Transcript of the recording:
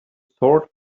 sword